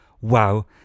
Wow